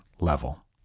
level